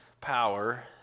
power